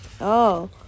Oh